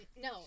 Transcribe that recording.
No